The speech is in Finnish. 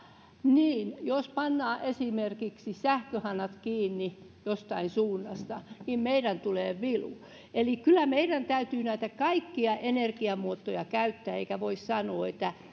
että jos pannaan esimerkiksi sähköhanat kiinni jostain suunnasta niin meidän tulee vilu eli kyllä meidän täytyy näitä kaikkia energiamuotoja käyttää eikä voi sanoa